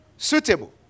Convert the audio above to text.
suitable